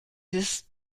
ist